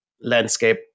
landscape